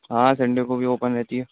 ہاں سنڈے کو بھی اوپن رہتی ہے